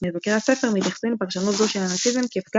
מבקרי הספר מתייחסים לפרשנות זו של הנאציזם כפגם